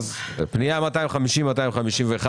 הצבעה פנייה מס' 250,251